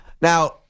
Now